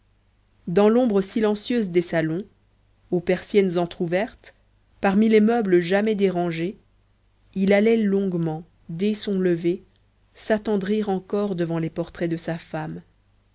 dans l'ombre silencieuse des salons aux persiennes entr'ouvertes parmi les meubles jamais dérangés il allait longuement dès son lever s'attendrir encore devant les portraits de sa femme